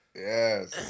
Yes